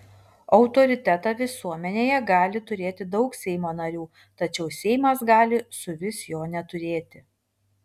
autoritetą visuomenėje gali turėti daug seimo narių tačiau seimas gali suvis jo neturėti